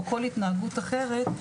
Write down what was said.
או כל התנהגות אחרת,